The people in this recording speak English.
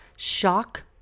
shock